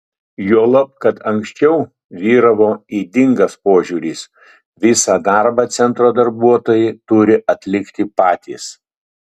juolab kad anksčiau vyravo ydingas požiūris visą darbą centro darbuotojai turi atlikti patys